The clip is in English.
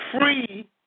free